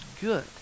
good